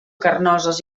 carnoses